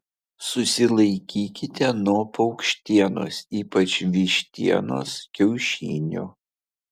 susilaikykite nuo paukštienos ypač vištienos kiaušinių